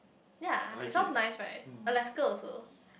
ya it sounds nice right Alaska also